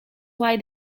why